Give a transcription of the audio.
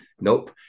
Nope